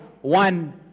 one